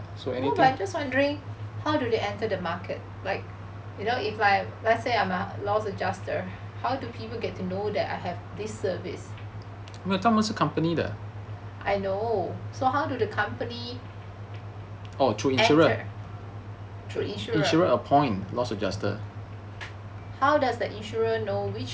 no but I'm just wondering how do they enter the market like you know if like let's say I'm a loss adjuster how do people get to know that I have this service I know so how do the company enter through insurer how does the insurer know which